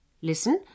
Listen